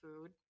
food